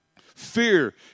Fear